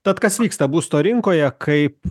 tad kas vyksta būsto rinkoje kaip